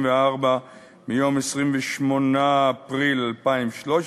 74 מ-28 באפריל 2013,